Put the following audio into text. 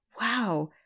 wow